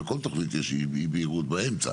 כל תוכנית יש אי בהירות באמצע.